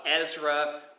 Ezra